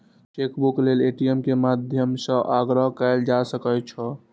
chequebook लेल ATM के माध्यम सं आग्रह कैल जा सकै छै